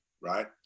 right